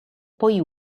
poi